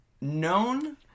known